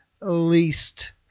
least